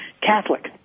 Catholic